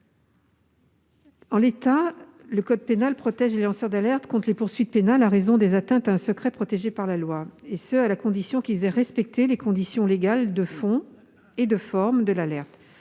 En l'état, le code pénal protège les lanceurs d'alerte contre les poursuites pénales à raison des atteintes à un secret protégé par la loi, dès lors qu'ils ont respecté les conditions légales de fond et de forme de l'alerte.